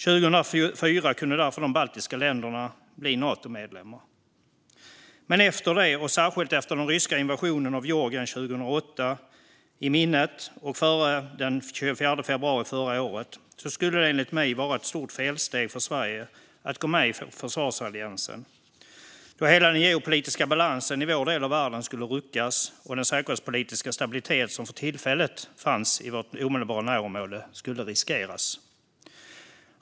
År 2004 kunde därför de baltiska länderna bli Natomedlemmar. Men efter det - särskilt efter den ryska invasionen av Georgien 2008 - och före den 24 februari förra året skulle det enligt mig ha varit ett stort felsteg av Sverige att gå med i försvarsalliansen, då hela den geopolitiska balansen i Sveriges del av världen skulle ha ruckats och den säkerhetspolitiska stabilitet som för tillfället fanns i Sveriges omedelbara närområde skulle ha riskerats.